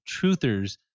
truthers